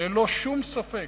ללא שום ספק?